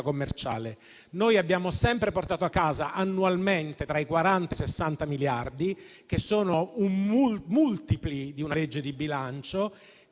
commerciale. Noi abbiamo sempre portato a casa annualmente tra i 40 e i 60 miliardi, che sono multipli di una legge di bilancio;